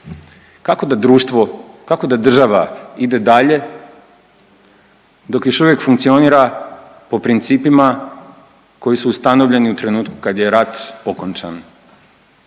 Kako da društvo, kako da država ide dalje dok još uvijek funkcionira po principima koji su ustanovljeni u trenutku kad je rat okončan,